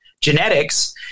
genetics